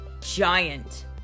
giant